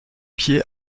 pied